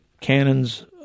canons